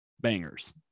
bangers